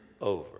over